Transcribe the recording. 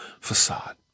facade